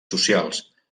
socials